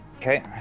Okay